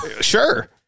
Sure